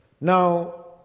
Now